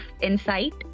insight